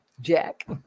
Jack